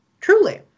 truly